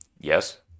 Yes